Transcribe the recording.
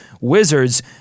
Wizards